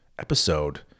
episode